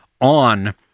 on